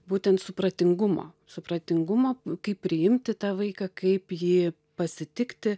būtent supratingumo supratingumo kaip priimti tą vaiką kaip jį pasitikti